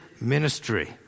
ministry